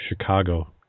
Chicago